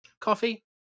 coffee